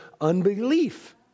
unbelief